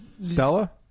Stella